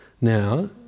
Now